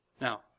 Now